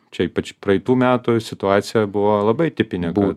čia ypač praeitų metų situacija buvo labai tipinė kad